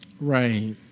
Right